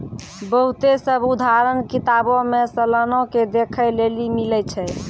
बहुते सभ उदाहरण किताबो मे सलाना के देखै लेली मिलै छै